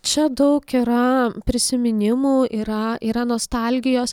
čia daug yra prisiminimų yra yra nostalgijos